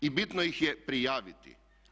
I bitno ih je prijaviti.